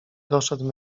doszedł